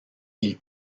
ils